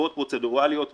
מסיבות פרוצדורליות מהשולחן.